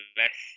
less